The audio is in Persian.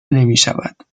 نمیشود